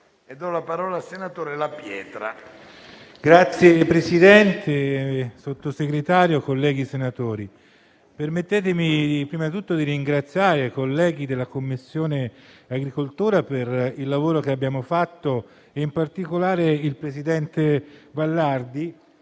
Signor Presidente, signor Sottosegretario, colleghi senatori, permettetemi prima tutto di ringraziare i colleghi della Commissione agricoltura per il lavoro che abbiamo fatto, e in particolare il presidente Vallardi,